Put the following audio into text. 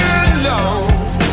alone